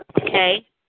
okay